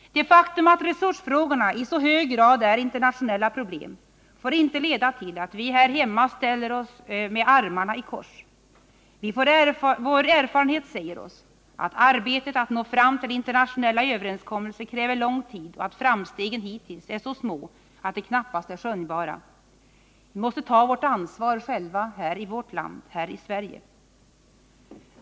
Det faktum att resursfrågorna i så hög grad är internationella problem får inte leda till att vi här hemma sätter oss ned med armarna i kors. Vår erfarenhet säger oss att arbetet att nå fram till internationella överenskommelser kräver lång tid och att framstegen hittills är så små att de knappast är skönjbara. Vi måste ta vårt ansvar själva här i vårt land, här i Sverige.